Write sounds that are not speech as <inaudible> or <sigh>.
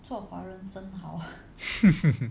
<laughs>